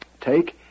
Take